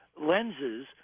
lenses